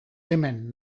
hemen